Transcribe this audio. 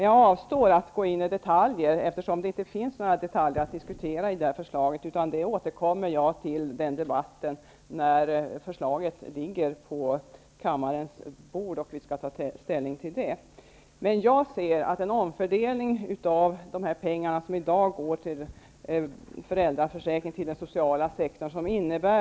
Jag avstår från att gå in på detaljer, eftersom det inte finns några detaljer att diskutera i det här förslaget. Den debatten avser jag att återkomma till när förslaget ligger på kammarens bord och vi skall ta ställning till det. Jag anser att en omfördelning av de pengar som går till föräldraförsäkringen och den sociala sektorn måste göras.